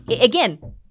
again